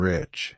Rich